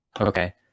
Okay